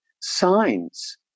signs